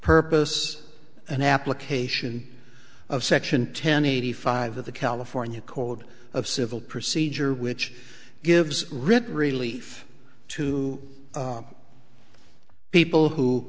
purpose and application of section ten eighty five of the california code of civil procedure which gives written really to people who